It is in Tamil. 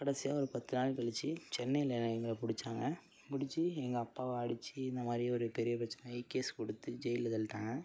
கடைசியா ஒரு பத்து நாள் கழிச்சி சென்னையில் எங்களை பிடிச்சாங்க பிடிச்சி எங்கள் அப்பாவை அடித்து இந்தமாதிரி ஒரு பெரிய பிரச்சனையாகி கேஸ் கொடுத்து ஜெயிலில் தள்ளிட்டாங்க